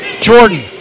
Jordan